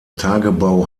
tagebau